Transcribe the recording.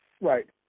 Right